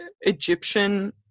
Egyptian